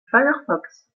firefox